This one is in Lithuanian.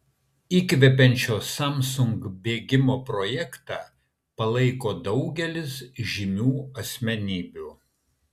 įkvepiančio samsung bėgimo projektą palaiko daugelis žymių asmenybių